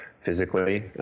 physically